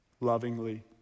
lovingly